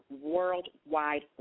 worldwide